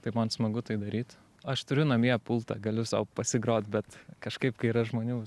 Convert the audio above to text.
tai man smagu tai daryt aš turiu namie pultą galiu sau pasigrot bet kažkaip kai yra žmonių